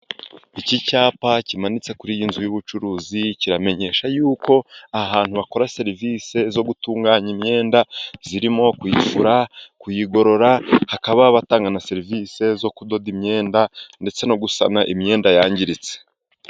Iki cyapa kimanitse kuri iyi nzu y'ubucuruzi, kiramenyesha yuko ahantu bakora serivise zo gutunganya imyenda, zirimo kuyifura, kuyigorora, bakaba batanga na serivise zo kudoda imyenda, ndetse no gusana imyenda yangiritse.